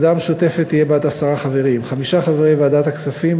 הוועדה המשותפת תהיה בת עשרה חברים: חמישה חברי ועדת הכספים,